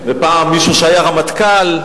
ופעם מישהו שהיה רמטכ"ל,